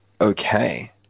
Okay